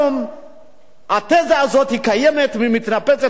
מתנפצת אל הפרצוף של אזרחי מדינת ישראל.